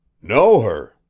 know her?